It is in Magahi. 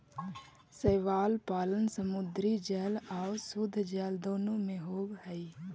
शैवाल पालन समुद्री जल आउ शुद्धजल दोनों में होब हई